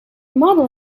model